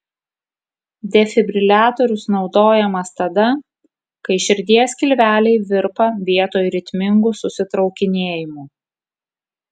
defibriliatorius naudojamas tada kai širdies skilveliai virpa vietoj ritmingų susitraukinėjimų